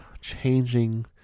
changing